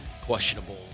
questionable